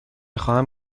خواهم